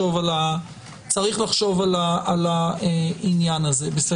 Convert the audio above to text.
וצריך לחשוב על העניין הזה.